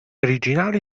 originali